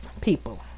people